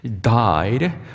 died